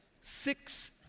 six